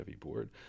heavyboard